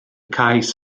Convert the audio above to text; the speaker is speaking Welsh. cais